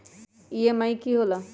EMI की होला?